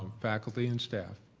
um faculty and staff,